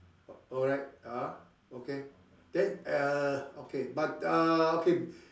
alright ah okay then err okay but uh okay